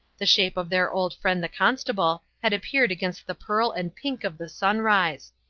the shape of their old friend the constable had appeared against the pearl and pink of the sunrise.